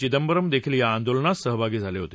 चिदंबरम देखील या आंदोलनात सामील झाले होते